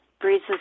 Breezes